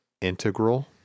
integral